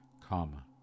Karma